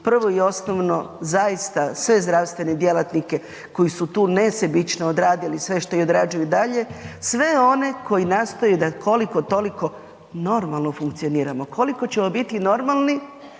prvo i osnovno zaista sve zdravstvene djelatnike koji su tu nesebično odradili sve što je odrađeno i dalje, sve one koji nastoje da koliko toliko normalno funkcioniramo. Koliko ćemo biti normalni,